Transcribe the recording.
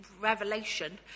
revelation